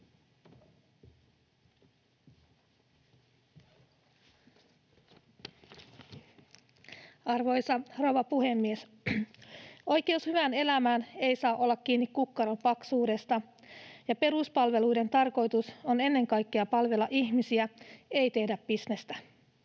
Arvoisa rouva puhemies! Oikeus hyvään elämään ei saa olla kiinni kukkaron paksuudesta, ja peruspalveluiden tarkoitus on ennen kaikkea palvella ihmisiä, ei tehdä bisnestä.